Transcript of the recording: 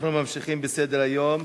אנחנו ממשיכים בסדר-היום.